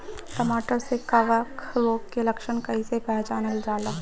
टमाटर मे कवक रोग के लक्षण कइसे पहचानल जाला?